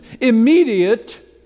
immediate